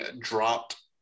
dropped